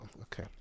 Okay